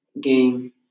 game